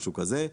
משהו כזה.